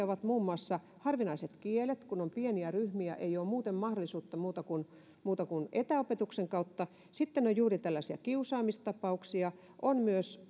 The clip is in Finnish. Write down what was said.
ovat muun muassa harvinaiset kielet kun on pieniä ryhmiä ei ole muuta mahdollisuutta kuin etäopetuksen kautta sitten on juuri tällaisia kiusaamistapauksia on myös